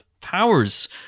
Powers